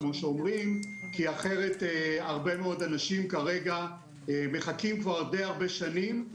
כי אחרת הרבה מאוד אנשים כרגע מחכים הרבה שנים,